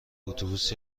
اتوبوس